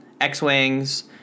X-Wings